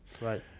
right